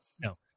No